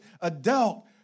adult